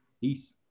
Peace